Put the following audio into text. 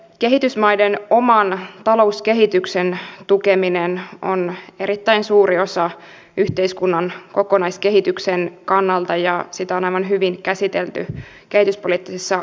toisekseen kehitysmaiden oman talouskehityksen tukeminen on erittäin suuri osa yhteiskunnan kokonaiskehityksen kannalta ja sitä on aivan hyvin käsitelty kehityspoliittisessa ohjelmassa